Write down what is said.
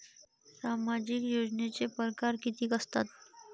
सामाजिक योजनेचे परकार कितीक असतात?